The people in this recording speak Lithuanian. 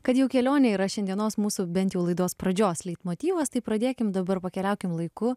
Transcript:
kad jau kelionė yra šiandienos mūsų bent jau laidos pradžios leitmotyvas tai pradėkim dabar pakeliaukim laiku